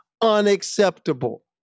unacceptable